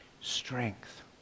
strength